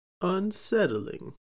unsettling